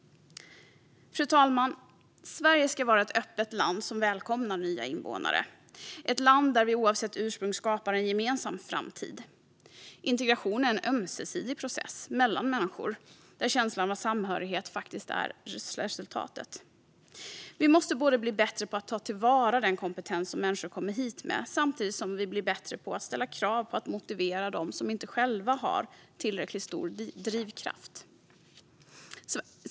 Fru talman! Sverige ska vara ett öppet land som välkomnar nya invånare, ett land där vi oavsett ursprung skapar en gemensam framtid. Integration är en ömsesidig process mellan människor, där känslan av samhörighet är resultatet. Vi måste bli bättre på att ta till vara den kompetens som människor kommer hit med och samtidigt bli bättre på att ställa krav för att motivera dem som själva inte har tillräckligt stor drivkraft.